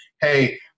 hey